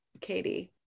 Katie